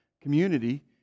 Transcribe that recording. community